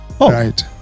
Right